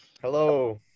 Hello